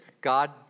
God